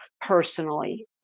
personally